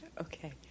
Okay